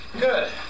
Good